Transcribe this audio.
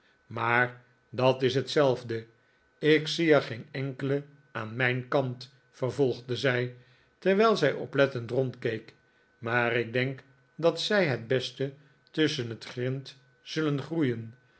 maar dat is hetzelfde ik zie er geen enkele aan mijn kant vervolgde zij terwijl zij oplettend rondkeek maar ik denk dat zij het beste tusschen het grint zullen groeien